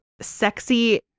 Sexy